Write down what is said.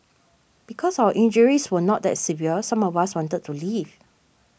because our injuries were not that severe some of us wanted to leave